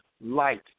light